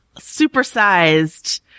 supersized